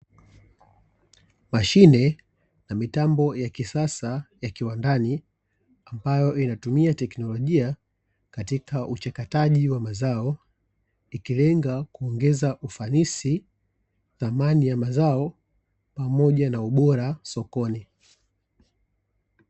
Mashine na mitambo ya kisasa ya kiwandani, ambayo inatumia teknolojia katika uchakataji wa mazao. Ikilenga kuongeza ufanisi, thamani ya mazao pamoja na ubora sokoni.